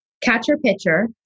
catcher-pitcher